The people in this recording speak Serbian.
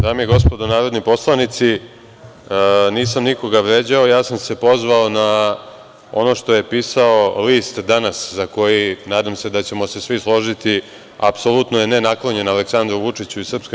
Dame i gospodo narodni poslanici, nisam nikoga vređao, ja sam se pozvao na ono što je pisao list „Danas“ za koji, nadam se da ćemo se svi složiti, apsolutno je nenaklonjen Aleksandru Vučiću i SNS.